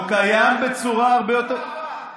הוא קיים בצורה, חבר הכנסת סעדי.